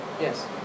Yes